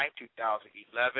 2011